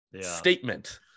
statement